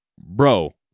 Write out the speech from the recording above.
Bro